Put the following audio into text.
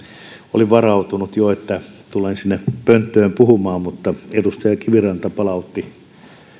olin varautunut jo että tulen sinne pönttöön puhumaan mutta edustaja kiviranta palautti